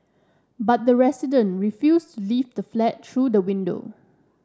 but the resident refused to leave the flat through the window